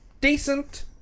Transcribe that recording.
decent